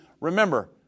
Remember